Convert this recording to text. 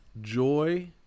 joy